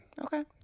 okay